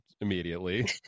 immediately